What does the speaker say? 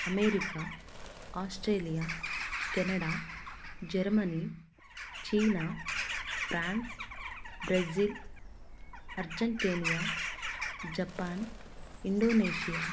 America Australia Canada Germany China France Brazil Argentina Japan Indonesia